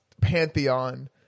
pantheon